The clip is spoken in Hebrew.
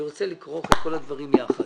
אני רוצה לכרוך את כל הדברים יחד.